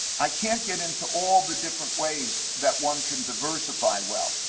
i can't get into all the different ways that one can diversify well.